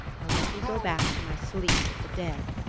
now let me go back to my sleep with the dead.